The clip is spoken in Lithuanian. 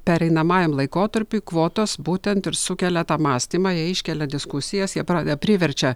pereinamajam laikotarpiui kvotos būtent ir sukelia tą mąstymą jie iškelia diskusijas jie pradeda priverčia